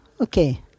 Okay